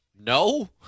No